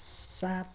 सात